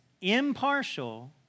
impartial